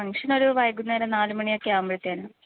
function ഒരു വൈകുന്നേരം നാലുമണിയൊക്കെ ആകുമ്പോഴത്തെനാണ്